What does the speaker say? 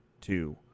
two